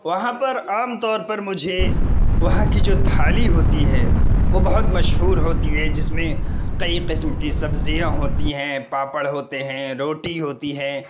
وہاں پر عام طور پر مجھے وہاں کی جو تھالی ہوتی ہے وہ بہت مشہور ہوتی ہے جس میں کئی قسم کی سبزیاں ہوتی ہیں پاپڑ ہوتے ہیں روٹی ہوتی ہیں